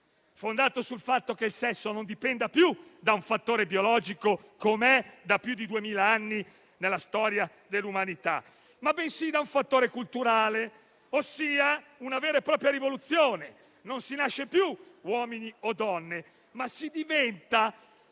fondato sul fatto che il sesso non dipenda più da un fattore biologico, com'è da più di duemila anni nella storia dell'umanità, bensì da un fattore culturale, ossia una vera e propria rivoluzione. Non si nasce più uomini o donne, ma si diventa